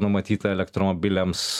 numatyta elektromobiliams